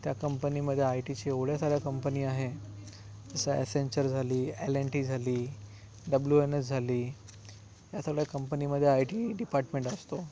त्या कंपनीमध्ये आय टीची एवढ्या साऱ्या कंपनी आहे जसं असेंचर झाली एलएनटी झाली डब्ल्यूएनएस झाली या सर्व कंपनीमध्ये आय टी डिपार्टमेंट असतो